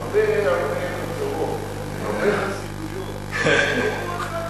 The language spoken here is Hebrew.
הרבה חצרות, הרבה חסידויות, והוא אחד קטן.